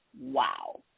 Wow